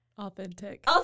Authentic